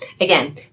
again